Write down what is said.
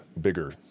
bigger